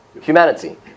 humanity